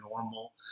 normal